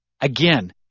Again